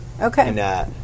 Okay